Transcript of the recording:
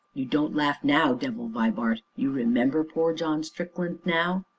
you don't laugh now, devil vibart, you remember poor john strickland now.